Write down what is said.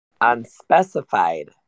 unspecified